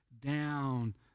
down